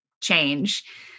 change